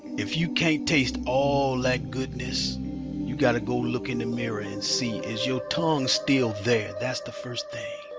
if you can't taste all that like goodness you've got to go look in the mirror and see is your tongue still there? that's the first thing.